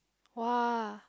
!wah!